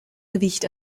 gewicht